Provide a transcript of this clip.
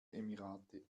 emirate